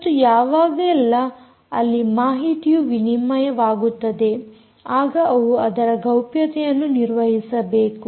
ಮತ್ತು ಯಾವಾಗೆಲ್ಲ ಅಲ್ಲಿ ಮಾಹಿತಿಯ ವಿನಿಮಯವಾಗುತ್ತದೆ ಆಗ ಅವು ಅದರ ಗೌಪ್ಯತೆಯನ್ನು ನಿರ್ವಹಿಸಬೇಕು